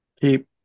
Keep